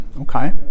okay